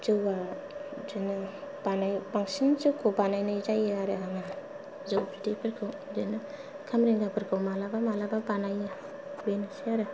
जौआ बिदिनो बानायबांसिन जौखौ बानायनाय जायो आरो आङो जौ बिदैफोरखौ बिदिनो खामरेंगाफोरखौ मालाबा मालाबा बानायो बेनोसै आरो